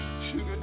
Sugar